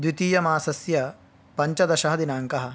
द्वितीयमासस्य पञ्चदशः दिनाङ्कः